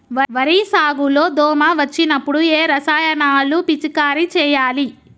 వరి సాగు లో దోమ వచ్చినప్పుడు ఏ రసాయనాలు పిచికారీ చేయాలి?